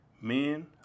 men